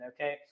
okay